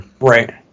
right